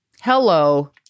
Hello